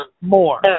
more